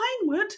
pinewood